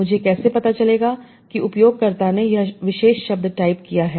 मुझे कैसे पता चलेगा कि उपयोगकर्ता ने यह विशेष शब्द टाइप किया है